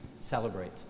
celebrate